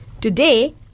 Today